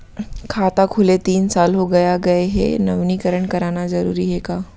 खाता खुले तीन साल हो गया गये हे नवीनीकरण कराना जरूरी हे का?